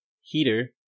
Heater